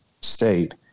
state